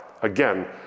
again